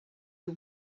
you